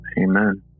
Amen